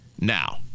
Now